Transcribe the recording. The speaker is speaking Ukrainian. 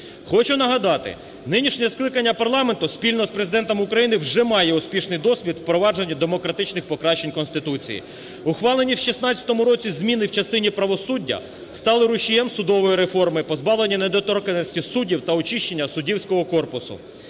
Хочу нагадати, нинішнє скликання парламенту спільно з Президентом України вже має успішний досвід впровадження демократичних покращань Конституції. Ухвалені в 2016 році зміни в частині правосуддя стали рушієм судової реформи, позбавлення недоторканності суддів та очищення суддівського корпусу.